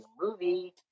movie